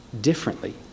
differently